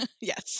Yes